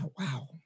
Wow